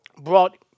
brought